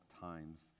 times